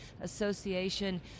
association